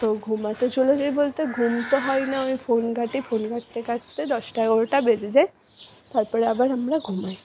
তো ঘুমাতে চলে যাই বলতে ঘুম তো হয় না আমি ফোন ঘাঁটি ফোন ঘাটতে ঘাটতে দশটা এগারোটা বেজে যায় তারপরে আবার আমরা ঘুমাই